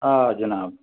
آ جِناب